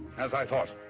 as i thought,